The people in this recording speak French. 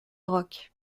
rock